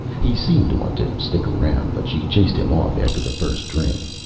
he seemed to want to stick around, but she chased him off after the first drink.